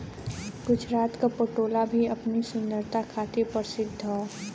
गुजरात क पटोला भी अपनी सुंदरता खातिर परसिद्ध हौ